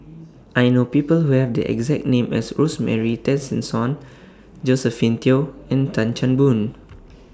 I know People Who Have The exact name as Rosemary Tessensohn Josephine Teo and Tan Chan Boon